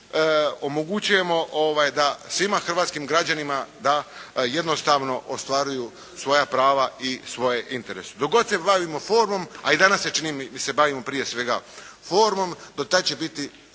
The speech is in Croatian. i omogućujemo da svima hrvatskim građanima da jednostavno ostvaruju svoja prava i svoje interese. Dok god se bavimo formom, a i danas mi se čini da se bavimo prije svega formom, do tad će biti